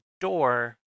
door